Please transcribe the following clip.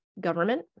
government